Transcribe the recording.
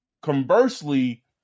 conversely